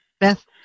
Beth